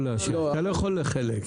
אתה לא יכול לחלק.